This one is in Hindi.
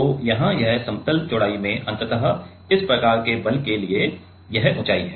तो यहाँ यह समतल चौड़ाई में अंततः इस प्रकार के बल के लिए यह ऊँचाई है